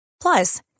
Plus